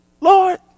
Lord